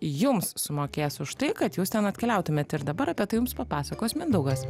jums sumokės už tai kad jūs ten atkeliautumėt ir dabar apie tai jums papasakos mindaugas